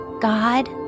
God